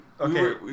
okay